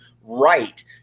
right